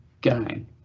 gain